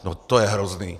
No, to je hrozný!